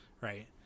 right